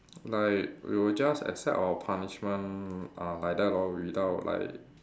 like we'll just accept our punishment uh like that lor without like